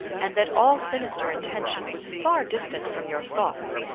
and that all sinister intention was far distant from your thoughts,